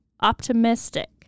optimistic